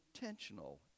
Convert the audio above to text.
Intentional